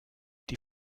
die